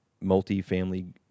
multi-family